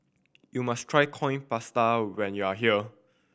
you must try Coin Prata when you are here